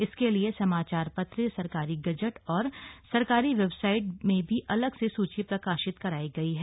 इसके लिए समाचार पत्र सरकारी गजट और सरकारी वेबसाइट में भी अलग से सूची प्रकाशित करायी गई है